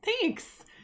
Thanks